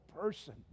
person